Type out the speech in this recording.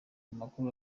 amakuru